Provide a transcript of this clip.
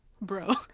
bro